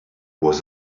was